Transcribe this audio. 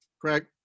Craig